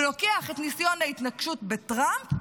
לוקח את ניסיון ההתנקשות בטראמפ,